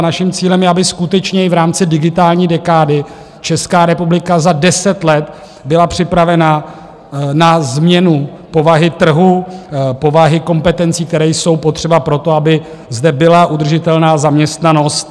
Naším cílem je, aby skutečně i v rámci digitální dekády Česká republika za deset let byla připravena na změnu povahy trhu, povahy kompetencí, které jsou potřeba pro to, aby zde byla udržitelná zaměstnanost.